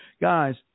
Guys